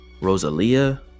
rosalia